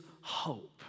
hope